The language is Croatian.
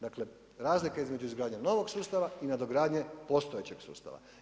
Dakle, razlika između izgradnje novog sustava i nadogradnje postojećeg sustava.